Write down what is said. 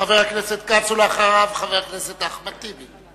חבר הכנסת כץ, ואחריו, חבר הכנסת אחמד טיבי.